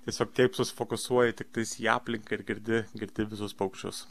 tiesiog taip susifokusuoja tiktais į aplinką ir girdi girdi visus paukščius